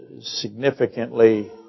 significantly